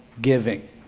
giving